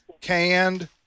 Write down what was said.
canned